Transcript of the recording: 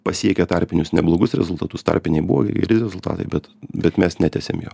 pasiekę tarpinius neblogus rezultatus tarpinį būvį geri rezultatai bet bet mes netęsėm jo